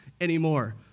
anymore